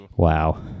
Wow